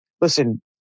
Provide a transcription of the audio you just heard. Listen